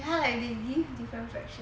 ya like they give different fraction